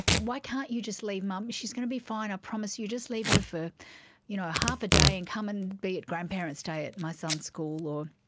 why can't you just leave mum, she is going to be fine, i promise you, just leave her for you know half a day and come and be at grandparents day at my son's school or,